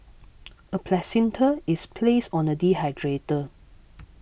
a placenta is placed on a dehydrator